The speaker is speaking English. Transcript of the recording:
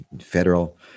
federal